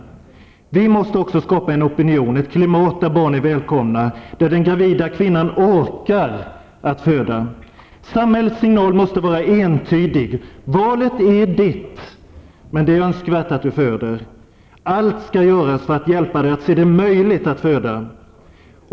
Vi måste också skapa ett klimat där barn är välkomna, där den gravida kvinnan orkar att föda. Samhällets signal måste vara entydig: Valet är Ditt, men det är önskvärt att Du föder. Allt skall göras för att hjälpa Dig att se det möjligt att föda.